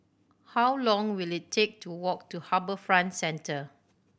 how long will it take to walk to HarbourFront Centre